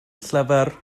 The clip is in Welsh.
llyfr